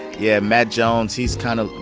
yeah, matt jones. he's kind of,